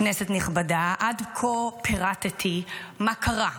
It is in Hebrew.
כנסת נכבדה, עד כה פירטתי מה קרה.